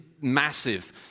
massive